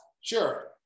Sure